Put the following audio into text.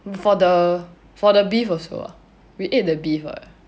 for the for the beef also ah we eat the what